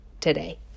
today